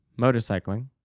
motorcycling